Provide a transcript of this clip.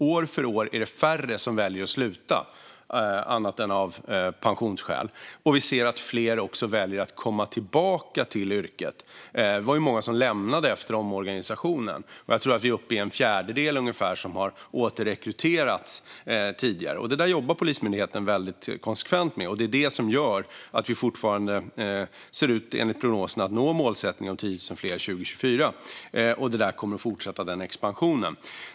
År för år är det färre som väljer att sluta, annat än av pensionsskäl, och vi ser även att fler väljer att komma tillbaka till yrket. Det var många som lämnade efter omorganisationen, och jag tror att vi nu är uppe i att en fjärdedel har återrekryterats. Det där jobbar Polismyndigheten väldigt konsekvent med, och det är det som gör att vi enligt prognoserna fortfarande ser ut att nå målsättningen om 10 000 fler till 2024. Det där kommer att fortsätta den expansionen.